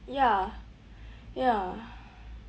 ya ya